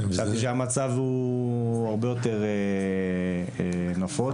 המצב הוא הרבה יותר נפוץ.